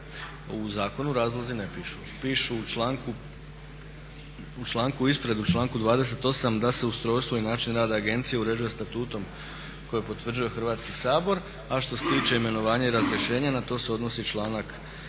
U zakonu razlozi ne pišu, pišu u članku ispred, u članku 28. da se ustrojstvo i način rada agencije uređuje statutom koje potvrđuje Hrvatski sabor, a što se tiče imenovanja i razrješenja na to se odnosi članak